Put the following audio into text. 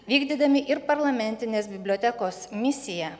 vykdydami ir parlamentinės bibliotekos misiją